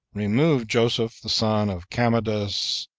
removed joseph, the son of camydus,